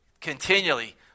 continually